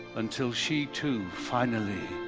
until she too finally